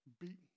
beaten